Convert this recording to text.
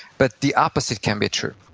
but the opposite can be true